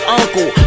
uncle